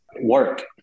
work